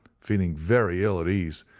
feeling very ill at ease,